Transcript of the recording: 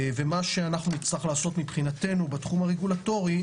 ומה שנצטרך לעשות מבחינתנו בתחום הרגולטורי,